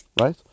right